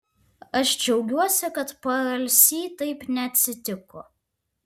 aš džiaugiuosi kad paalsy taip neatsitiko